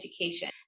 education